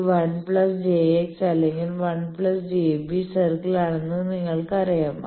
ഇത് 1 j X അല്ലെങ്കിൽ 1 j B circle ആണെന്ന് നിങ്ങൾക്കറിയാം